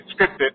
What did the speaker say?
scripted